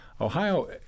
Ohio